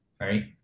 right